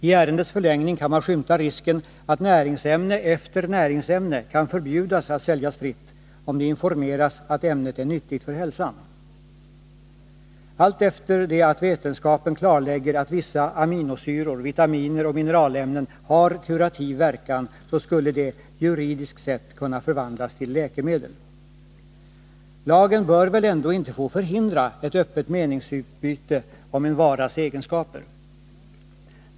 I ärendets förlängning kan man skymta risken att näringsämne efter näringsämne kan förbjudas att säljas fritt, om det informeras om att ämnet är nyttigt för hälsan. Alltefter det att vetenskapen klarlägger att vissa aminosyror, vitaminer och mineralämnen har kurativ verkan så skulle de — juridiskt sett — kunna förvandlas till läkemedel. Lagen bör väl ändå inte få förhindra öppet meningsutbyte om en varas egenskaper.